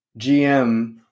GM